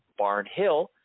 Barnhill